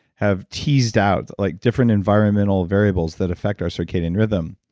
have teased out, like different environmental variables that affect our circadian rhythm,